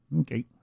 Okay